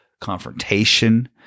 confrontation